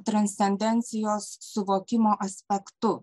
transcendencijos suvokimo aspektu